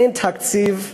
אין תקציב,